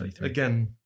again